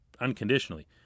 Unconditionally